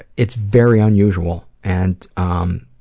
it's very unusual and um,